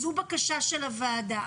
זו בקשה של הוועדה.